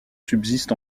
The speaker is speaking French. subsiste